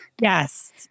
yes